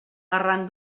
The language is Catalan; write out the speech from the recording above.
arran